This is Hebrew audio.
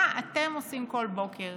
מה אתם עושים בכל בוקר?